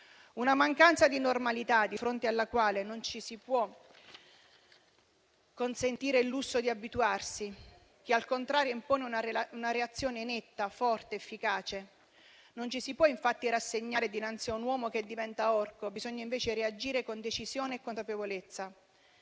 una mancanza di normalità di fronte alla quale non ci si può consentire il lusso di abituarsi e che, al contrario, impone una reazione netta, forte, efficace. Non ci si può rassegnare dinanzi a un uomo che diventa orco. Bisogna invece reagire con decisione e consapevolezza.